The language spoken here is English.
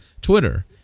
Twitter